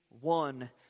one